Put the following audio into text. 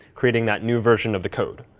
creating that new version of the code.